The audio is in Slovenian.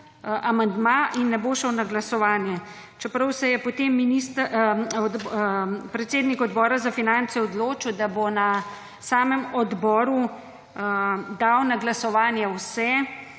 amandma in ne bo šel na glasovanje, čeprav se je potem predsednik Odbora za finance odločil, da bo na samem odboru dal na glasovanje vse